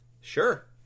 Sure